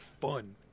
fun